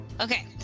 okay